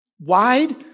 Wide